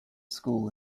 school